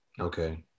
Okay